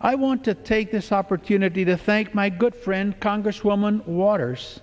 i want to take this opportunity to thank my good friend congresswoman waters